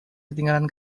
ketinggalan